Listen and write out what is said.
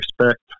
respect